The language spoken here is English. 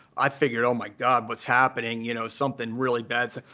i figured, oh, my god. what's happening? you know something really bad.